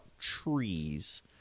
trees